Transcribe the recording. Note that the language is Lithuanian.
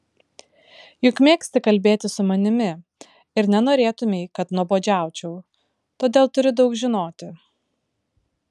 juk mėgsti kalbėti su manimi ir nenorėtumei kad nuobodžiaučiau todėl turi daug žinoti